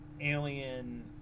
alien